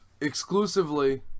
Exclusively